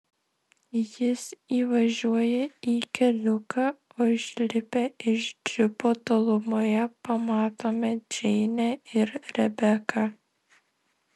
jis įvažiuoja į keliuką o išlipę iš džipo tolumoje pamatome džeinę ir rebeką